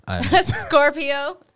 Scorpio